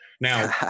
Now